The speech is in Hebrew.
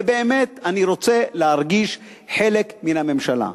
ובאמת, אני רוצה להרגיש חלק מהממשלה.